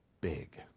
big